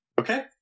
Okay